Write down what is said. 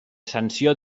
sanció